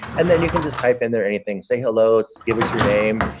and then you can just type in there anything-say hello, give us your name,